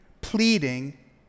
pleading